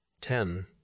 ten